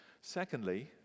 Secondly